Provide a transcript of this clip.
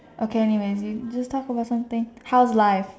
okay anyways you just talk about something how's life